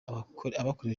abakorewe